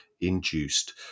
induced